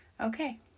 Okay